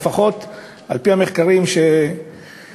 לפחות על-פי המחקרים שהוצגו